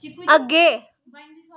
अग्गें